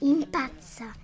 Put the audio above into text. Impazza